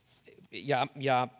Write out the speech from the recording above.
ja ja